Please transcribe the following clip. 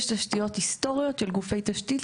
יש תשתיות היסטוריות של גופי תשתית,